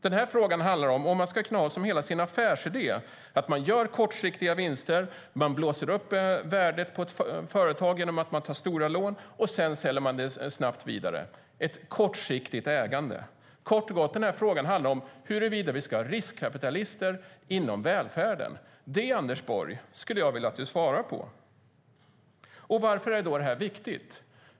Den här frågan handlar om ifall man ska kunna ha som hela sin affärsidé att göra kortsiktiga vinster. Man blåser upp värdet på ett företag genom att ta stora lån. Sedan säljer man det snabbt vidare. Det är ett kortsiktigt ägande. Kort och gott: Frågan handlar om huruvida vi ska ha riskkapitalister inom välfärden. Det, Anders Borg, skulle jag vilja att du svarar på. Varför är det här viktigt?